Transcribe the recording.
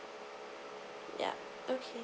ya okay